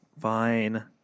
fine